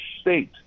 state